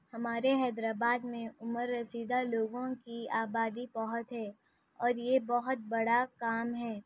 ہمارے حیدرآباد میں عمر رسیدہ لوگوں کی آبادی بہت ہے اور یہ بہت بڑا کام ہے